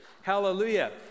Hallelujah